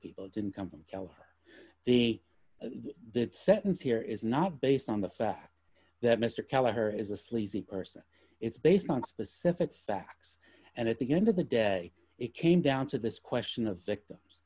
people didn't come from or the the sentence here is not based on the fact that mr keller her is a sleazy person it's based on specific facts and at the end of the day it came down to this question of victims